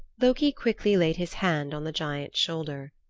loki quickly laid his hand on the giant's shoulder.